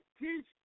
teach